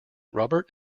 robert